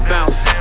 Bounce